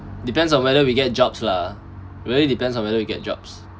depends on whether we get jobs lah really depends on whether we get jobs